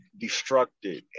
destructed